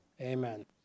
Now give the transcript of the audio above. Amen